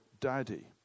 Daddy